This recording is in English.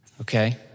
Okay